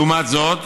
לעומת זאת,